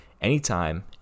anytime